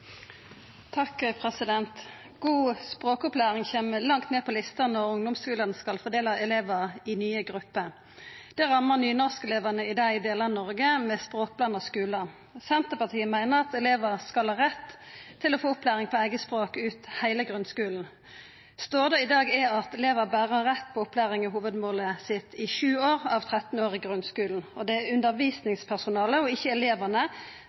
God språkopplæring kjem langt ned på lista når ungdomsskulane skal fordela elevar i nye grupper. Det rammar nynorskelevane i dei delane av Noreg med språkblanda skular. Senterpartiet meiner at elevar skal ha rett til å få opplæring på eige språk ut heile grunnskulen. Stoda i dag er at elevar berre har rett på opplæring i hovudmålet sitt i sju av 13 år i grunnskulen, og det er undervisningspersonalet og ikkje elevane som i dag avgjer opplæringsmålet i ungdomsskulen. Elevane